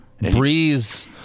Breeze